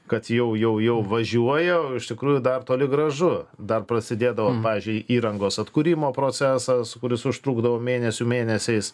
kad jau jau jau važiuoja o iš tikrųjų dar toli gražu dar prasidėdavo pavyzdžiui įrangos atkūrimo procesas kuris užtrukdavo mėnesių mėnesiais